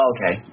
Okay